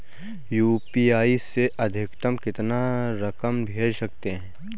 UPI से अधिकतम कितनी रकम भेज सकते हैं?